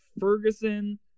Ferguson